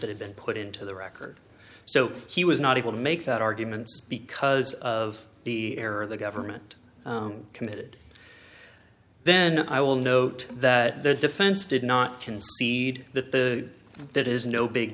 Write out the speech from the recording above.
that had been put into the record so he was not able to make that argument because of the error the government committed then i will note that the defense did not concede that the that is no big